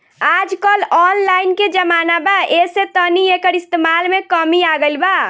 आजकल ऑनलाइन के जमाना बा ऐसे तनी एकर इस्तमाल में कमी आ गइल बा